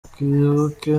twibuke